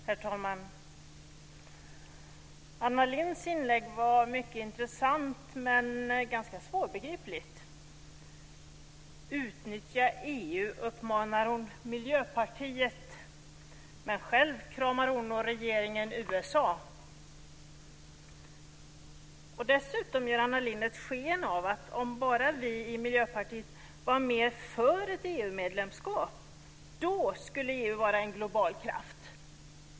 Herr talman! Anna Lindhs inlägg var mycket intressant men ganska svårbegripligt. Utnyttja EU, uppmanar hon Miljöpartiet. Men själv kramar hon och regeringen USA. Dessutom ger Anna Lindh sken av att om bara vi i Miljöpartiet var mer för ett EU medlemskap, då skulle EU vara en global kraft.